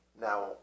Now